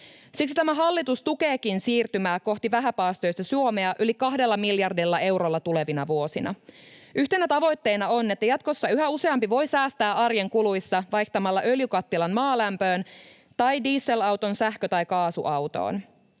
Siksi tämä hallitus tukeekin siirtymää kohti vähäpäästöistä Suomea yli kahdella miljardilla eurolla tulevina vuosina. Yhtenä tavoitteena on, että jatkossa yhä useampi voi säästää arjen kuluissa vaihtamalla öljykattilan maalämpöön tai dieselauton sähkö- tai kaasuautoon.